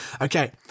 Okay